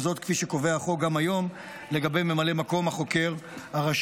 וזאת כפי שקובע החוק גם היום לגבי ממלא מקום החוקר הראשי.